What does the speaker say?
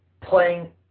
playing